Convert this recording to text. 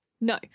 No